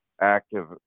active